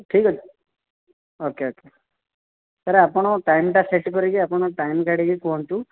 ଠିକ୍ ଅଛି okay okay sir ଆପଣ ଟାଇମ୍ଟା ସେଟ୍ କରିକି ଆପଣ ଟାଇମ୍ଟା ଟିକେ କୁହଁନ୍ତୁ